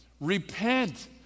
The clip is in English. repent